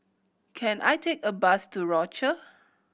can I take a bus to Rochor